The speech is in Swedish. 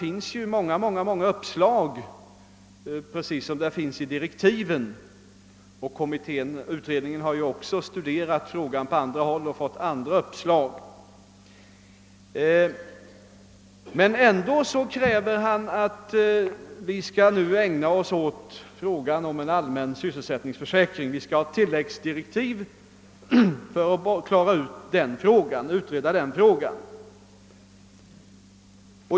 I dessa motioner finns många uppslag på samma sätt som det finns sådana i direktiven. Utredningen har också studerat frågan på andra håll och där fått flera uppslag. Herr Westberg kräver ändå att vi skall ägna oss åt frågan om en allmän sysselsättningsförsäkring. Vi skall få tillläggsdirektiv för att utreda den frågan.